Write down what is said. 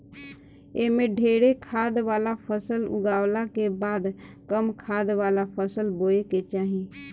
एमे ढेरे खाद वाला फसल उगावला के बाद कम खाद वाला फसल बोए के चाही